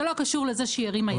זה לא קשור לזה שהיא הרימה ידיים.